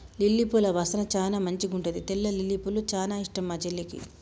lily పూల వాసన చానా మంచిగుంటది తెల్ల లిల్లీపూలు చానా ఇష్టం మా చెల్లికి